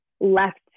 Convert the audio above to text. left